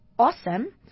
Awesome